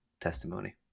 testimony